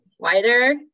wider